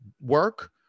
work